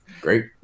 great